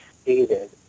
stated